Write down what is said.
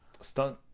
stunt